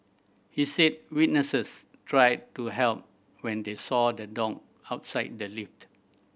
he said witnesses tried to help when they saw the dog outside the lift